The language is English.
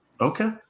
okay